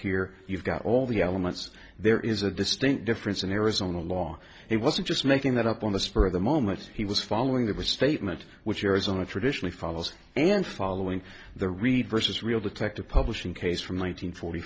here you've got all the elements there is a distinct difference in arizona law it wasn't just making that up on the spur of the moment he was following that was statement which arizona traditionally follows and following the read versus real detective publishing case from